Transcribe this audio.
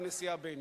לנשיאה בייניש,